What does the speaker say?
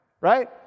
right